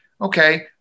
okay –